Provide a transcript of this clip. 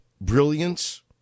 brilliance